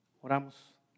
Oramos